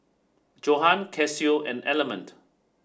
Johan Casio and Element